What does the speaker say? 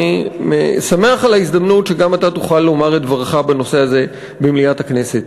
אני שמח על ההזדמנות שגם אתה תוכל לומר את דברך בנושא הזה במליאת הכנסת.